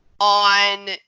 On